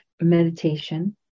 meditation